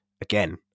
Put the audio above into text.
again